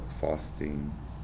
fasting